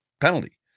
penalty